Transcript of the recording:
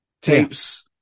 tapes